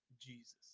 Jesus